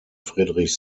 friedrich